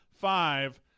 five